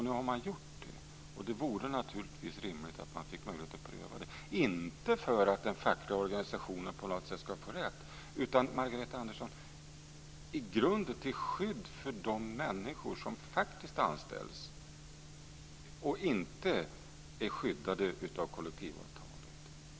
Nu har man gjort det, och det vore naturligtvis rimligt att man fick möjlighet att pröva det, inte för att den fackliga organisationen på något sätt ska få rätt utan, Margareta Andersson, i grunden till skydd för de människor som faktiskt anställs och inte är skyddade av kollektivavtalet.